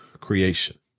creation